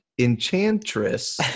Enchantress